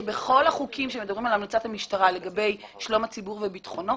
כשמדברים על המלצת המשטרה לגבי שלום הציבור וביטחונו,